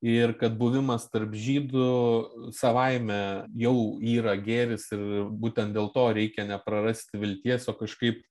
ir kad buvimas tarp žydų savaime jau yra gėris ir būtent dėl to reikia neprarasti vilties o kažkaip